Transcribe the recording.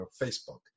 Facebook